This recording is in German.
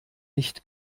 nicht